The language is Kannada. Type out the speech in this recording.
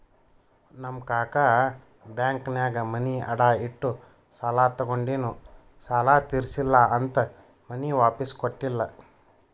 ನಮ್ ಕಾಕಾ ಬ್ಯಾಂಕ್ನಾಗ್ ಮನಿ ಅಡಾ ಇಟ್ಟು ಸಾಲ ತಗೊಂಡಿನು ಸಾಲಾ ತಿರ್ಸಿಲ್ಲಾ ಅಂತ್ ಮನಿ ವಾಪಿಸ್ ಕೊಟ್ಟಿಲ್ಲ